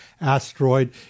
asteroid